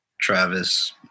Travis